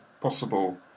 possible